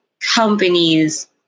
companies